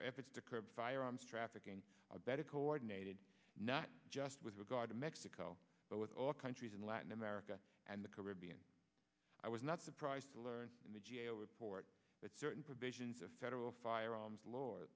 our efforts to curb firearms trafficking are better coordinated not just with regard to mexico but with all countries in latin america and the caribbean i was not surprised to learn in the g a o report that certain provisions of federal firearms l